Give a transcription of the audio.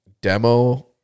demo